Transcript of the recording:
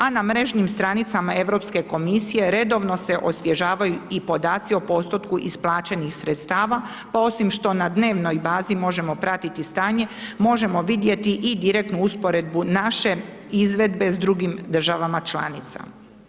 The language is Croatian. A na mrežnim stranicama Europske komisije, redovno se osvježavaju i podaci o postotku isplaćenih sredstava pa osim što na dnevnoj bazi možemo pratiti stanje, možemo vidjeti i direktnu usporedbu naše izvedbe s drugim državama članicama.